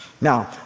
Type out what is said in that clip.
Now